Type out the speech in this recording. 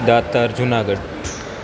Datar Junagadh